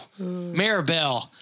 Maribel